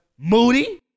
Moody